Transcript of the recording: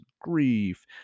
grief